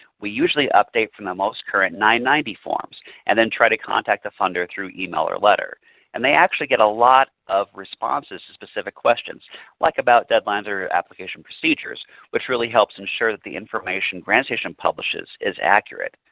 we usually update from the most current nine hundred and ninety forms and then try to contact the funder through email or letter and they actually get a lot of responses to specific questions like about deadlines or application procedures which really helps ensure that the information grantstation publishes is accurate.